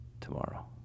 tomorrow